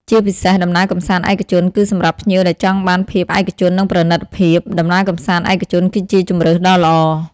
ជាពិសេស ដំណើរកម្សាន្តឯកជន គឺសម្រាប់ភ្ញៀវដែលចង់បានភាពឯកជន និងប្រណិតភាព ដំណើរកម្សាន្តឯកជនគឺជាជម្រើសដ៏ល្អ។